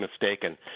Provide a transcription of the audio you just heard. mistaken